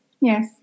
yes